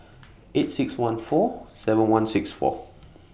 eight six one four seven one six four